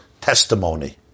testimony